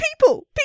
people